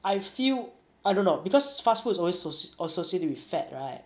I feel I don't know because fast food is always asso~ associated with fat right